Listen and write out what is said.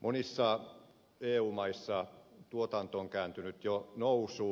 monissa eu maissa tuotanto on kääntynyt jo nousuun